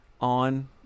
on